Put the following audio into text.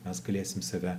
mes galėsim save